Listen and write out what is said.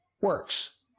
works